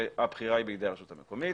הבחירה היא בידי הרשות המקומית.